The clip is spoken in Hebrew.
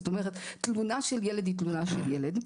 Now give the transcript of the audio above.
זאת אומרת: תלונה של ילד היא תלונה של ילד.